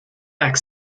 back